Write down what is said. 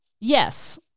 Yes